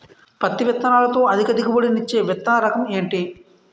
పత్తి విత్తనాలతో అధిక దిగుబడి నిచ్చే విత్తన రకం ఏంటి?